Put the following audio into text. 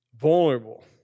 Vulnerable